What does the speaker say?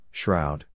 shroud